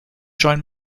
join